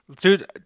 dude